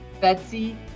Betsy